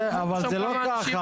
אבל זה לא ככה.